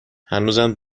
هنوزم